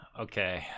Okay